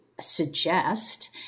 suggest